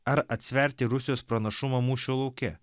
ar atsverti rusijos pranašumą mūšio lauke